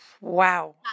Wow